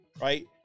right